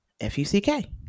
F-U-C-K